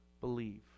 believe